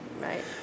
Right